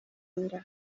nda